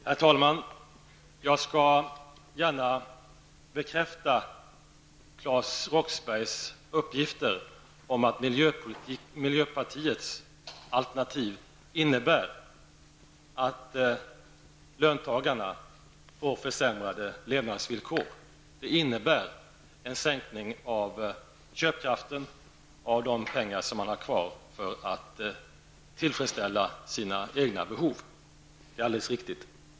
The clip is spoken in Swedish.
Herr talman! Jag skall gärna bekräfta Claes Roxberghs uppgifter om att miljöpartiets alternativ innebär att löntagarna får försämrade levnadsvillkor. Miljöpartiets politik innebär en sänkning av köpkraften och minskning av de pengar en löntagare har kvar till sina egna behov. Det är alldeles riktigt.